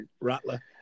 Rattler